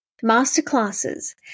masterclasses